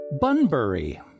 Bunbury